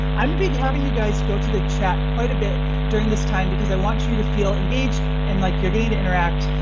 i'm going to be having you guys go to the chat quite a bit during this time because i want you to feel engaged and like you're getting to interact.